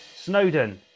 snowden